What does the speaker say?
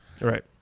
Right